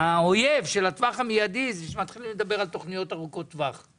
שמתחילים לדבר על תכניות ארוכות טווח.